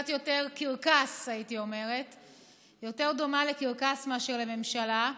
הייתי אומרת שהיא קצת יותר דומה לקרקס מאשר לממשלה.